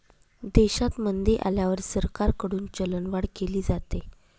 देशात मंदी आल्यावर सरकारकडून चलनवाढ केली जाते